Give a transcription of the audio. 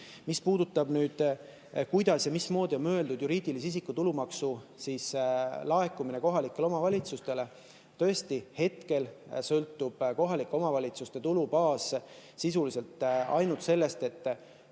vastutustundetu. Nüüd, kuidas on mõeldud juriidilise isiku tulumaksu laekumine kohalikele omavalitsustele. Tõesti, hetkel sõltub kohalike omavalitsuste tulubaas sisuliselt ainult sellest,